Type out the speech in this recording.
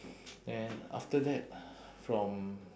then after that from